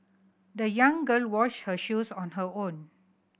the young girl washed her shoes on her own